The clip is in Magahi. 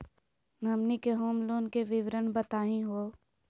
हमनी के होम लोन के विवरण बताही हो?